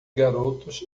garotos